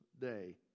day